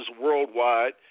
worldwide